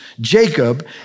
Jacob